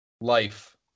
life